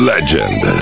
Legend